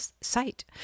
site